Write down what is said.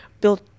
built